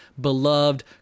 beloved